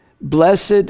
blessed